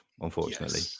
unfortunately